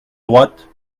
droite